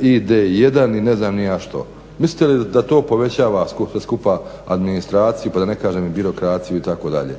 ID1 i ne znam ni ja što. Mislite li da to povećava sve skupa administraciju pa da ne kažem i birokraciju itd.?